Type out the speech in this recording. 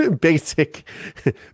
basic